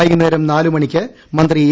വൈകുന്നേരം നാല് മണിക്ക് മന്ത്രി എ